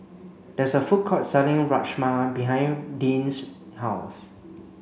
there is a food court selling Rajma behind Dean's house